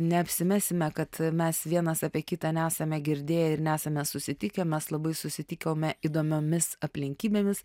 neapsimesime kad mes vienas apie kitą nesame girdėję ir nesame susitikę mes labai susitikome įdomiomis aplinkybėmis